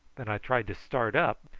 then i tried to start up,